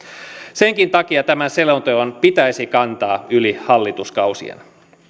senkin takia tämän selonteon pitäisi kantaa yli hallituskausien